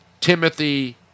Timothy